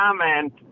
comment